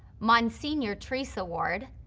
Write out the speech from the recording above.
monsignor treece award,